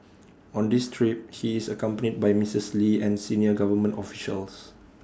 on this trip he is accompanied by Missus lee and senior government officials